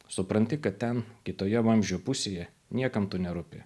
supranti kad ten kitoje vamzdžio pusėje niekam tu nerūpi